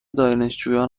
دانشجویان